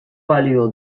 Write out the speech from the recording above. balio